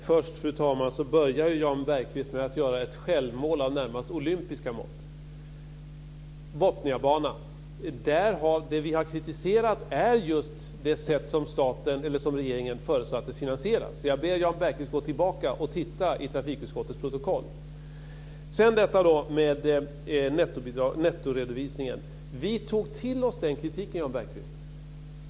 Fru talman! Först börjar Jan Bergqvist med att göra ett självmål av närmast olympiska mått. Det vi har kritiserat när det gäller Botniabanan är just det sätt som regeringen förutsattes finansiera det på. Jag ber Jan Bergqvist gå tillbaka och titta i trafikutskottets protokoll. Sedan detta med nettoredovisningen. Vi tog till oss den kritiken, Jan Bergqvist.